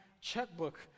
checkbook